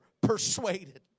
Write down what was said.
persuaded